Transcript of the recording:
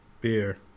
beer